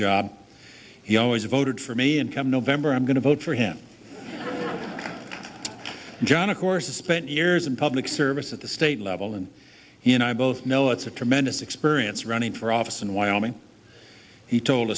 job he always voted for me and come november i'm going to vote for him john of course he spent years in public service at the state level and you know i both know it's a tremendous experience running for office in wyoming he told